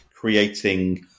creating